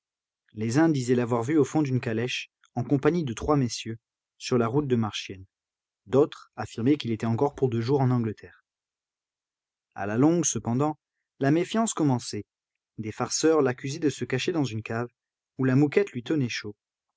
les uns disaient l'avoir vu au fond d'une calèche en compagnie de trois messieurs sur la route de marchiennes d'autres affirmaient qu'il était encore pour deux jours en angleterre a la longue cependant la méfiance commençait des farceurs l'accusaient de se cacher dans une cave où la mouquette lui tenait chaud